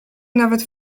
nawet